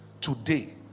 today